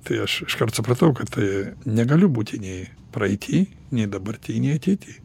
tai aš iškart supratau kad tai negaliu būti nei praeity nei dabarty nei ateity